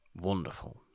wonderful